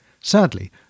Sadly